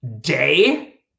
day